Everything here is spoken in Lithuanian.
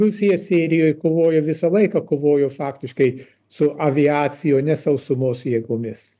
rusija sirijoj kovojo visą laiką kovojo faktiškai su aviacija o ne sausumos jėgomis